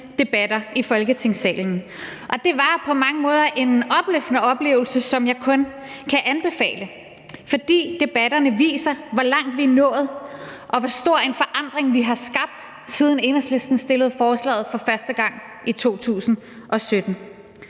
debatter i Folketingssalen. Det var på mange måder en opløftende oplevelse, som jeg kun kan anbefale, fordi debatterne viser, hvor langt vi er nået, og hvor stor en forandring vi har skabt, siden Enhedslisten fremsatte forslaget for første gang i 2017.